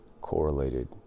correlated